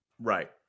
Right